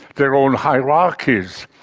their own hierarchies.